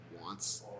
wants